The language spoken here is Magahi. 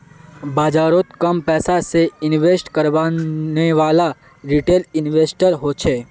बाजारोत कम पैसा से इन्वेस्ट करनेवाला रिटेल इन्वेस्टर होछे